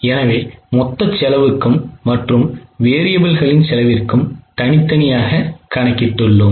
எனவே மொத்த செலவுக்கும் மற்றும் variableகளின் செலவிற்கும் தனித்தனியாக கணக்கிட்டு உள்ளோம்